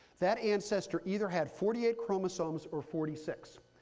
that ancestor either had forty eight chromosomes or forty six.